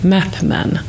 Mapman